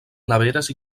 neveres